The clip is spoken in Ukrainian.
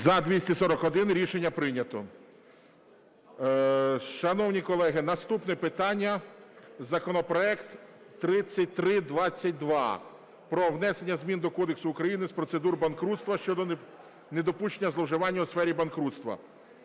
За-241 Рішення прийнято. Шановні колеги, наступне питання - законопроект 3322: про внесення змін до Кодексу України з процедур банкрутства (щодо недопущення зловживань у сфері банкрутства).